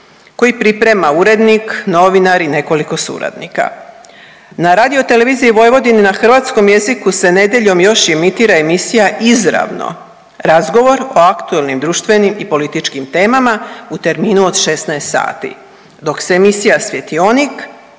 koji priprema urednik, novinar i nekoliko suradnika. Na Radioteleviziji Vojvodine na hrvatskom jeziku se nedjeljom još emitira emisija izravno razgovor o aktualnim društvenim i političkim temama u terminu od 16 sati, dok se emisija „Svjetionik“